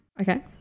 Okay